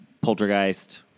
Poltergeist